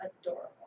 adorable